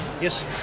Yes